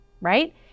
right